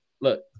look